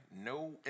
no